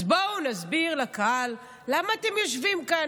אז בואו נסביר לקהל למה אתם יושבים כאן,